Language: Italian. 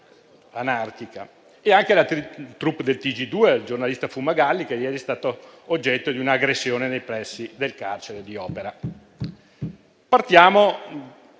anarchica, nonché alla *troupe* del TG2 e del giornalista Fumagalli, che ieri è stato oggetto di un'aggressione nei pressi del carcere di Opera. Partiamo